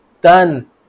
done